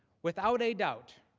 without a doubt,